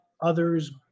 others